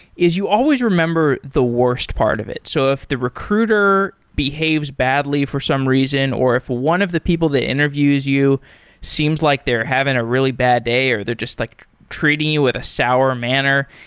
is you always remember the worst part of it. so if the recruiter behaves badly for some reason or if one of the people that interviews you seems like they're having a really bad day or they're just like treating you with a sour manner.